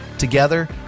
Together